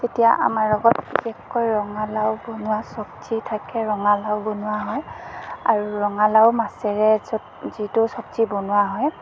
তেতিয়া আমাৰ লগত বিশেষকৈ ৰঙালাও বনোৱা চব্জি থাকে ৰঙালাও বনোৱা হয় আৰু ৰঙালাও মাছেৰে য যিটো চব্জি বনোৱা হয়